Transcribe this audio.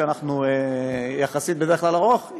שהוא יחסית ארוך בדרך כלל,